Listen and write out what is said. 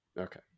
Okay